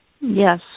Yes